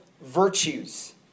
virtues